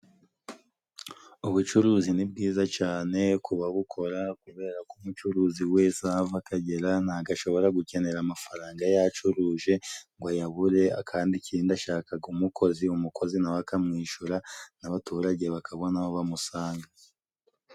Ubucuruzi ni bwiza cane ku babukora, kubera ko umucuruzi wese aho ava akagera ntagashobora gukenera amafaranga yacuruje ngo ayabure, kandi ikindi ashakaga umukozi umukozi na we akamwishura, n'abaturage bakabona aho bamusanga.